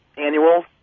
annual